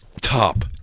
Top